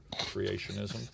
creationism